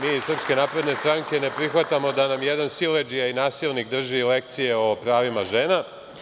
Mi iz SNS-a ne prihvatamo da nam jedan siledžija i nasilnik drži lekcije o pravima žena.